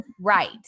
Right